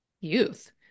youth